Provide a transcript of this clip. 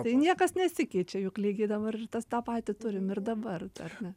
tai niekas nesikeičia juk lygiai dabar ir tas tą patį turim ir dabar ar ne